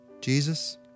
Jesus